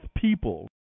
people